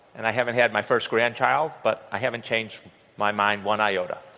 and i haven't had my first grandchild, but i haven't changed my mind one iota.